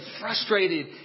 frustrated